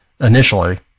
initially